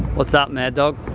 what's up, mad dog?